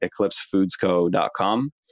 EclipseFoodsCo.com